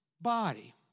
body